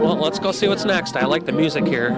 well let's go see what's next i like the music here